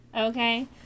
Okay